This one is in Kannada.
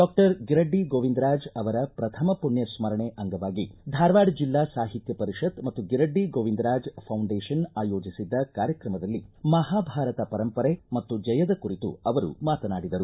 ಡಾಕ್ಷರ್ ಗಿರಡ್ಡಿ ಗೋವಿಂದ್ರಾಜ್ ಅವರ ಪ್ರಥಮ ಪುಣ್ಣಸ್ಗರಣೆ ಅಂಗವಾಗಿ ಧಾರವಾಡ ಜಿಲ್ಲಾ ಸಾಹಿತ್ಯ ಪರಿಷತ್ ಮತ್ತು ಗಿರಡ್ಡಿ ಗೋವಿಂದರಾಜ್ ಫೌಂಡೇಷನ್ ಆಯೋಜಿಸಿದ್ದ ಕಾರ್ಯಕ್ರಮದಲ್ಲಿ ಮಹಾಭಾರತ ಪರಂಪರೆ ಮತ್ತು ಜಯದ ಕುರಿತು ಅವರು ಮಾತನಾಡಿದರು